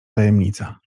tajemnica